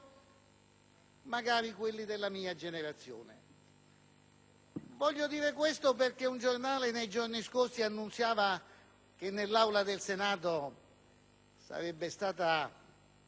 magari quelli della mia generazione. Voglio dire questo perché un giornale, nei giorni scorsi, annunciava che nell'Aula del Senato si sarebbe rivista